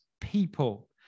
people